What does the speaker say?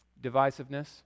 Divisiveness